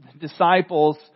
disciples